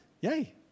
Yay